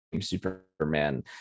Superman